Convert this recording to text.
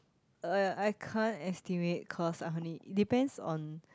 uh I can't estimate cause I only depends on